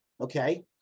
Okay